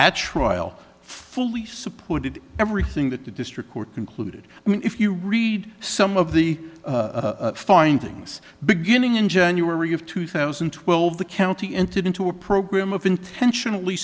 at trial fully supported everything that the district court concluded i mean if you read some of the findings beginning in january of two thousand and twelve the county entered into a program of intentionally